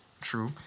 True